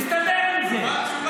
נסתדר עם זה.